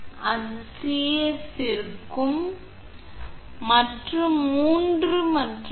எனவே 2 முதல் 3 அல்லது 2 முதல் மீண்டும் it